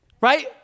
right